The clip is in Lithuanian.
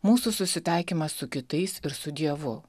mūsų susitaikymą su kitais ir su dievu